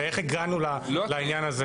הרי איך הגענו לעניין הזה?